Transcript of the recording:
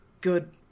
good